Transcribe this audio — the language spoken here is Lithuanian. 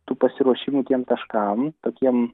tų pasiruošimų tiem taškams tokiem